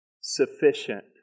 sufficient